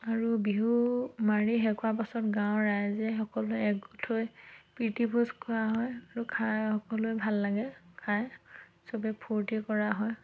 আৰু বিহু মাৰি শেষ হোৱাৰ পাছত গাঁৱৰ ৰাইজে সকলোৱে একগোট হৈ প্ৰীতিভোজ কৰা হয় আৰু খাই সকলোৱে ভাল লাগে খায় চবেই ফূৰ্তি কৰা হয়